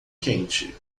quente